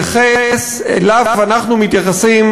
מתייחס, אליו אנחנו מתייחסים,